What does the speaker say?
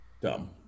Dumb